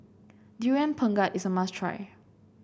Durian Pengat is a must try